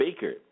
Baker